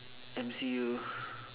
M_C_U